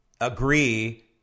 agree